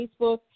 Facebook